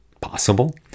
Possible